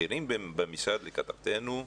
בכירים במשרד לכתבתנו: